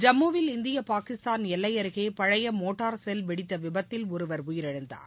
ஜம்முவில் இந்திய பாகிஸ்தான் எல்லை அருகே பழைய மோட்டார் செல் வெடித்த விபத்தில் ஒருவர் உயிரிழந்தார்